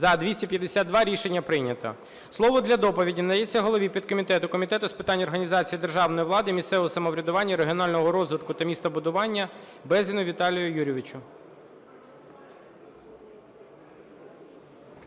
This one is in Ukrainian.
За-252 Рішення прийнято. Слово для доповіді надається голові підкомітету Комітету з питань організації державної влади, місцевого самоврядування, регіонального розвитку та містобудування Безгіну Віталію Юрійовичу.